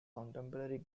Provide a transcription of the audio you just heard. contemporary